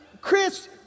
Chris